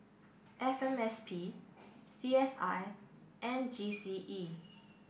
F M S P C S I and G C E